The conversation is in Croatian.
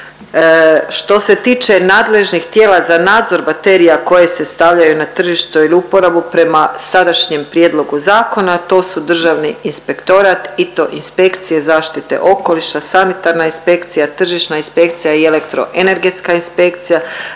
Što se tiče nadležnih tijela za nadzor baterija koje se stavljaju na tržište ili uporabu prema sadašnjem prijedlogu zakona, to su Državni inspektorat i to inspekcije zaštite okoliša, sanitarna inspekcija, tržišna inspekcija i elektroenergetska inspekcija,